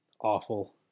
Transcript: awful